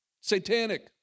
satanic